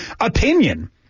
opinion